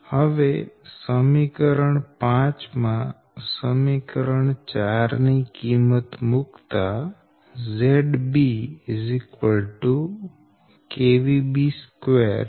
હવે સમીકરણ 5 માં સમીકરણ 4 ની કિંમત મુકતા ZB B 2B